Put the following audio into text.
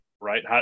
right